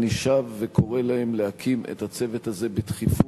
ואני שב וקורא להם להקים את הצוות בדחיפות,